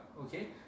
okay